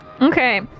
Okay